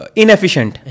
inefficient